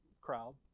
crowd